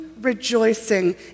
rejoicing